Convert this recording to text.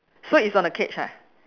so it's on the cage ah